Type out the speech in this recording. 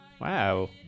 Wow